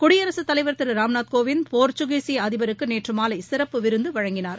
குடியரகத்தலைவர் திரு ராம்நாத் கோவிந்த் போர்ச்சுகீசிய அதிபருக்கு நேற்று மாலை சிறப்பு விருந்து வழங்கினார்